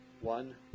one